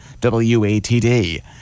WATD